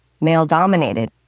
male-dominated